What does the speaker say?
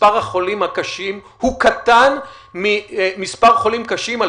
מספר החולים הקשים הוא קטן ממספר חולים קשים על